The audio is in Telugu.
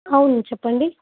అవును చెప్పండి